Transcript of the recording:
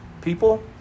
people